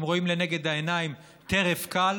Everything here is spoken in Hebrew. הם רואים לנגד העיניים טרף קל,